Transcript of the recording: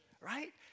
right